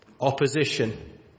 Opposition